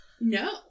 No